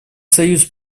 союз